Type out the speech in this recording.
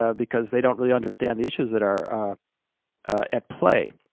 ah because they don't really understand the issues that are at play.